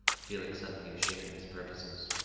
feeling suddenly ashamed of his purposes.